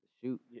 shoot